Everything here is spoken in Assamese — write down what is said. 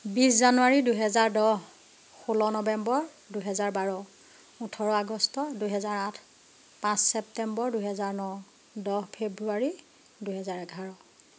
বিশ জানুৱাৰী দুহেজাৰ দহ ষোল্ল নৱেম্বৰ দুহেজাৰ বাৰ ওঁঠৰ আগষ্ট দুহেজাৰ আঠ পাঁচ ছেপ্টেম্বৰ দুহেজাৰ ন দহ ফেব্ৰুৱাৰী দুহেজাৰ এঘাৰ